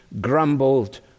grumbled